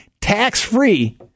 tax-free